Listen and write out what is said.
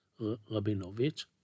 Rabinovich